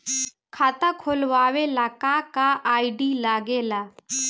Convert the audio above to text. खाता खोलवावे ला का का आई.डी लागेला?